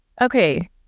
okay